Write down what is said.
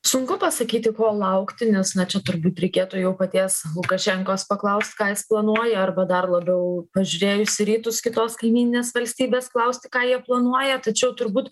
sunku pasakyti ko laukti nes na čia turbūt reikėtų jau paties lukašenkos paklaust ką jis planuoja arba dar labiau pažiūrėjus į rytus kitos kaimyninės valstybės klausti ką jie planuoja tačiau turbūt